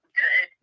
good